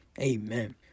Amen